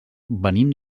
venim